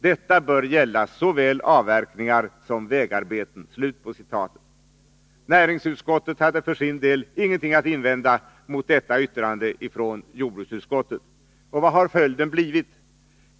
Detta bör gälla såväl avverkningar som vägarbeten.” Näringsutskottet hade för sin del ingenting att invända mot detta yttrande från jordbruksutskottet. Vad har blivit följden?